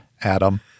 adam